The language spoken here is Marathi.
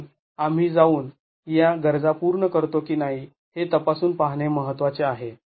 म्हणून आम्ही जाऊन या गरजा पूर्ण करतो की नाही हे तपासून पाहणे महत्त्वाचे आहे